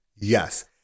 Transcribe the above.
Yes